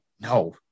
No